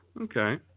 Okay